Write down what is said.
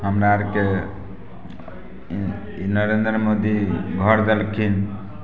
हमरा आरके ई ई नरेन्द्र मोदी घर देलखिन